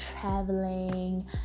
traveling